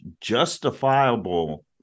justifiable